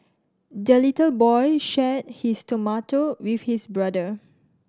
the little boy shared his tomato with his brother